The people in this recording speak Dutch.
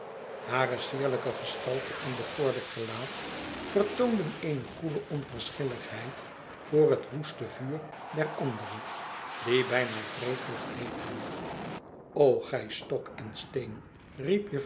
hare sierlijke gestalte en bekoorlijk gelaat vertoonden eene koele onverschilligheid voor het woeste vuur der andere die bijna wreed mocht heeten gij stok en steenl